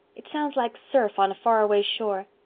it sounds like surf on a faraway shore.